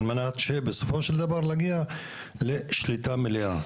על מנת שבסופו של דבר נגיע לשליטה מלאה,